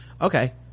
okay